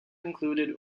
included